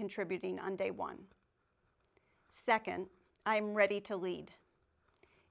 contributing on day one second i am ready to lead